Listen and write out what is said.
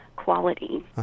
quality